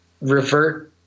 revert